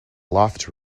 loft